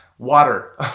Water